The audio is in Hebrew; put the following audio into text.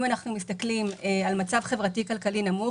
אם אנחנו מסתכלים על מצב חברתי-כלכלי נמוך,